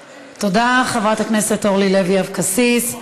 תודה, חברת הכנסת אורלי לוי אבקסיס.